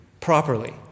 properly